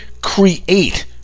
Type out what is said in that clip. create